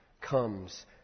comes